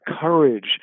courage